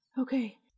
Okay